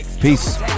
Peace